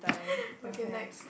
okay next